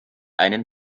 einen